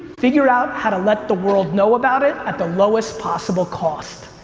figure out how to let the world know about it at the lowest possible cost.